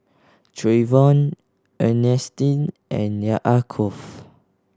Trayvon Earnestine and Yaakov